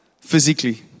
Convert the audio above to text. physically